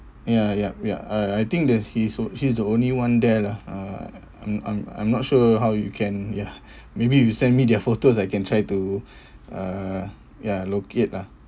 ya yup ya I I think that he so she's the only one there lah uh I'm I'm I'm not sure how you can ya maybe you send me their photos I can try to uh ya locate lah